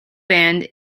band